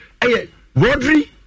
Rodri